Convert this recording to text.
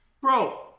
Bro